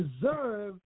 deserve